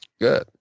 Good